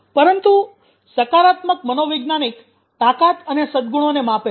પરંતુ સકારાત્મક મનોવૈજ્ઞાનિક તાકાત અને સદગુણોને માપે છે